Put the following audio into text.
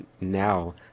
now